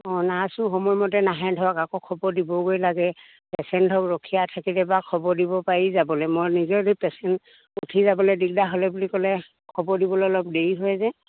অঁ নাৰ্ছো সময়মতে নাহে ধৰক আকৌ খবৰ দিবগৈ লাগে পেচেণ্ট ধৰক ৰখীয়া থাকিলে বাৰু খবৰ দিব পাৰি যাবলে মই নিজৰ পেচেণ্ট উঠি যাবলে দিগদাৰ হ'লে বুলি ক'লে খবৰ দিবলে অলপ দেৰি হয় যে